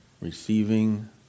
Receiving